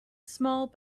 small